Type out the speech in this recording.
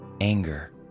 Anger